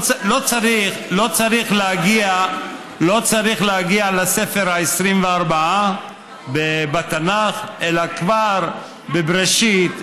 לא צריך להגיע לספר ה-24 בתנ"ך, אלא כבר בבראשית.